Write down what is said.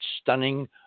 stunning